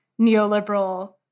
neoliberal